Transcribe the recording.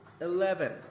eleven